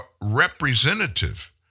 representative